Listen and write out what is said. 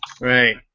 Right